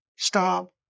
Stop